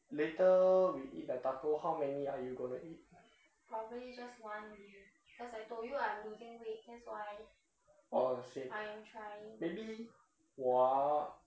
later we eat that taco how many are you gonna eat orh same maybe 我啊